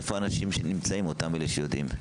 איפה נמצאים אותם אלה שיודעים?